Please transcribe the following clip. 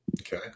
Okay